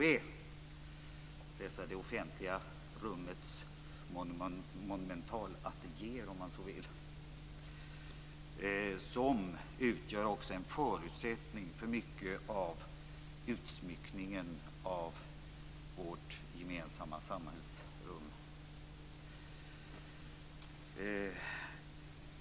Dessa, om man så vill det offentliga rummets monumentalateljéer utgör också en förutsättning för mycket av utsmyckningen av vårt gemensamma samhällsrum.